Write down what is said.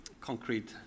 concrete